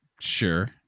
Sure